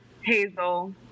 Hazel